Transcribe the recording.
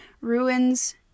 ruins